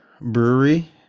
brewery